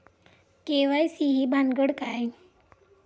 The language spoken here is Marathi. के.वाय.सी ही भानगड काय?